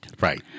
Right